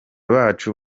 bacu